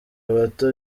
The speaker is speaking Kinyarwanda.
abato